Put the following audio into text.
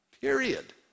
period